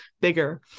bigger